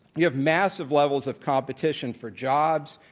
you have massive levels of competition for jobs.